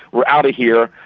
we're out of here,